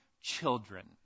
children